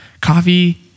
coffee